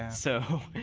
so